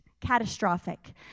catastrophic